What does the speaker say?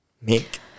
make